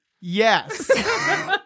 Yes